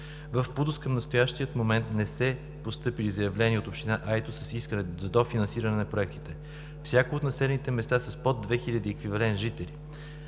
В ПУДООС към настоящия момент не са постъпили заявления от община Айтос с искане за дофинансиране на проектите. Всяко от населените места е с под 2 хиляди еквивалент жители.